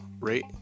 rate